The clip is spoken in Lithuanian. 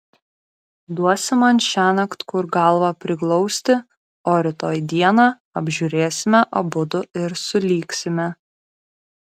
duosi man šiąnakt kur galvą priglausti o rytoj dieną apžiūrėsime abudu ir sulygsime